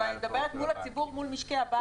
אבל אני מדברת מול הציבור, מול משקי הבית.